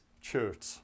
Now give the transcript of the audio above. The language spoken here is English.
church